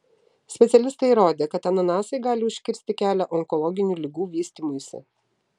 specialistai įrodė kad ananasai gali užkirsti kelią onkologinių ligų vystymuisi